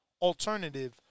alternative